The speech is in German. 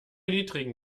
niedrigen